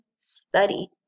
study